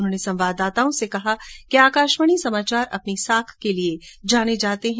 उन्होंने संवाददाताओं से कहा कि आकाशवाणी समाचार अपनी साख के लिए जाने जाते है